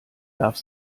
darf